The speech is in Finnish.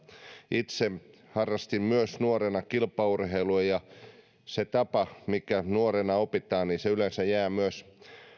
itse harrastin nuorena kilpaurheilua ja se tapa mikä nuorena opitaan yleensä jää myös